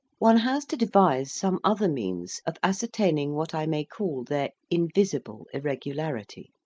one has to devise some other means of ascertaining what i may call their invisible irregularity,